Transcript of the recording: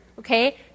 Okay